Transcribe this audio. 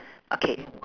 okay